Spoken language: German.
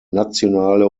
nationale